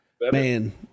Man